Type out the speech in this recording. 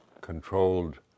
controlled